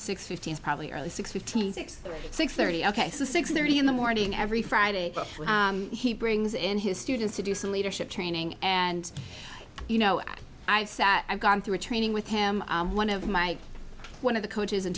six fifty s probably early six fifteen six six thirty ok six thirty in the morning every friday he brings in his students to do some leadership training and you know i've gone through training with him one of my one of the coaches and